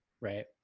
right